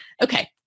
Okay